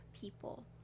people